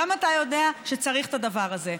גם אתה יודע שצריך את הדבר הזה.